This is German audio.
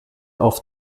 auf